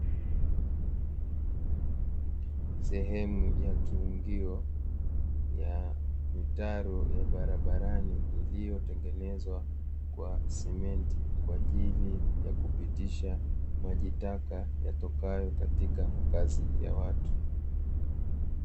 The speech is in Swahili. Sehemu ya kiungio ya mitaro ya barabarani, iliyotengenezwa kwa simenti kwa ajili ya kupitisha maji taka, yatokayo katika makazi ya watu.